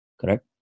correct